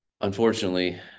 Unfortunately